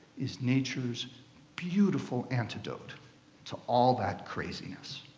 is nature's beautiful antidote to all that craziness.